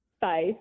Bye